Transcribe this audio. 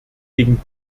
gegen